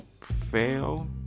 fail